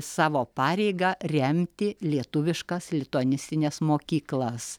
savo pareigą remti lietuviškas lituanistines mokyklas